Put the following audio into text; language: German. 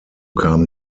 kamen